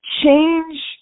Change